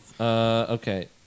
Okay